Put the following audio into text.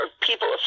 people